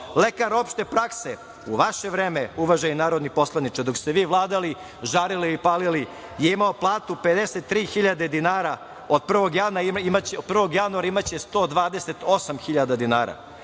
Lekar opšte prakse u vaše vreme, uvaženi narodni poslaniče, dok ste vi vladali, žarili i palili, je imao platu 53.000 dinara, od 1. januara imaće 128.000